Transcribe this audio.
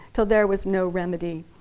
till there was no remedy.